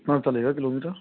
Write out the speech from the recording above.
कितना चलेगा किलोमीटर